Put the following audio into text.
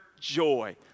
joy